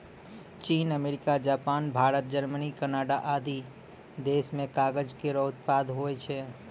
चीन, America, Japan, Bharat, Germany, Canada आदि देस म कागज केरो उत्पादन होय छै